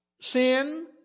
Sin